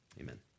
Amen